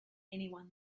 anyone